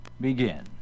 Begin